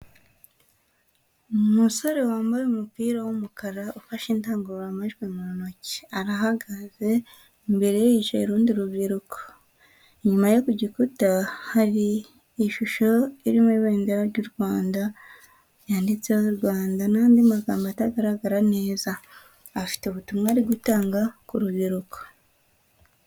Umusore wambaye umupira w'umukara, ufashe indanguru amajwi mu ntoki. Arahagaze imbere ye hicaye urundi rubyiruko. Inyuma ye ku gikuta hari ishusho irimo ibendera ry'u Rwanda, yanditseho Rwanda n'andi magambo atagaragara neza. Afite ubutumwa ari gutanga ku rubyiruko.